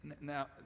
Now